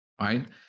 Right